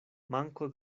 manko